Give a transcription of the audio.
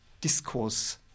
discourse